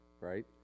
right